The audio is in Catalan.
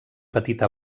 petita